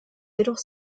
jedoch